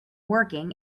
working